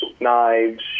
knives